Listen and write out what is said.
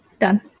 Done